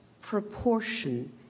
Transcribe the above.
proportion